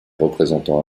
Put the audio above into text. représentants